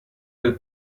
del